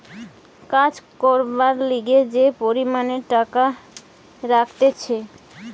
কাজ করবার লিগে যে পরিমাণে টাকা রাখতিছে